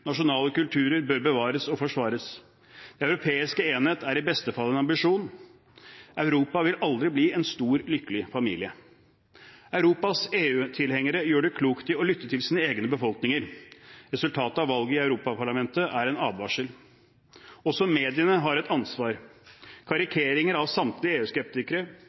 Nasjonale kulturer bør bevares og forsvares. Den europeiske enhet er i beste fall en ambisjon. Europa vil aldri bli en stor, lykkelig familie. Europas EU-tilhengere gjør klokt i å lytte til sine egne befolkninger. Resultatet av valget av Europaparlamentet er en advarsel. Også mediene har et ansvar. Karikeringen av samtlige